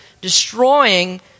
destroying